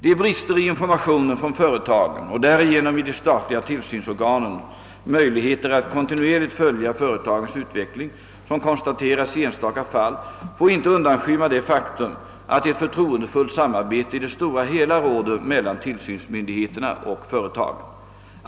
De brister i informationen från företagen och därigenom i de statliga tillsynsorganens möjligheter att kontinuerligt följa företagens utveckling, som konstaterats i enstaka fall, får inte undanskymma det faktum att ett förtroendefullt samarbete i det stora hela råder mellan tillsynsmyndigheterna och företagen.